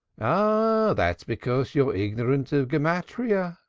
ah, that's because you're ignorant of gematriyah,